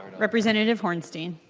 representative hornstein